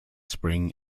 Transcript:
spring